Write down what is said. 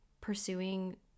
pursuing